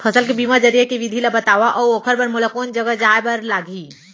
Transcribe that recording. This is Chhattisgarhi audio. फसल के बीमा जरिए के विधि ला बतावव अऊ ओखर बर मोला कोन जगह जाए बर लागही?